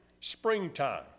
Springtime